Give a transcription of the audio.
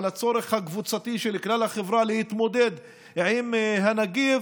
הצורך הקבוצתי של כלל החברה להתמודד עם הנגיף,